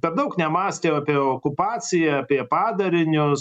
per daug nemąstė apie okupaciją apie padarinius